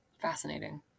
Fascinating